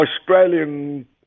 Australian